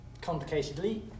complicatedly